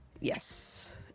Yes